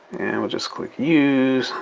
and we'll just click use.